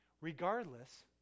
Regardless